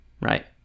Right